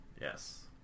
Yes